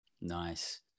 Nice